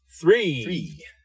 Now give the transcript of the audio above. Three